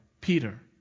Peter